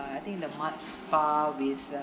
I think the mud spa with a